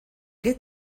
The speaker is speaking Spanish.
qué